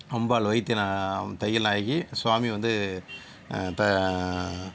அம்பாள் வைத்திநாத தையல்நாயகி ஸ்வாமி வந்து